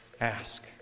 ask